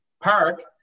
park